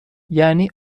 یعنی